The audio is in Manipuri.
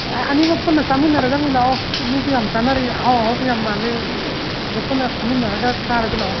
ꯑꯅꯤꯃꯛ ꯄꯨꯟꯅ ꯆꯥꯃꯤꯟꯅꯔꯗꯕꯅꯤ ꯂꯥꯛꯑꯣ ꯃꯤꯁꯨ ꯌꯥꯝ ꯆꯥꯅꯔꯤ ꯑꯍꯥꯎ ꯑꯍꯥꯎꯕ ꯌꯥꯝ ꯃꯥꯜꯂꯤ ꯁꯤꯗ ꯄꯨꯟꯅ ꯐꯝꯃꯤꯅꯔꯒ ꯆꯔꯥꯁꯤ ꯂꯥꯛꯑꯣ